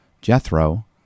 Jethro